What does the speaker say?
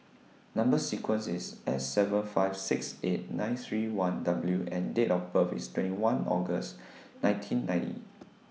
Number sequence IS S seven five six eight nine three one W and Date of birth IS twenty one August nineteen ninety